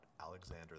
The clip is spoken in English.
Alexander